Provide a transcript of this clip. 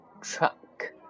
truck